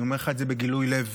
אני אומר לך את זה בגילוי לב.